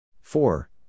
Four